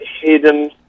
hidden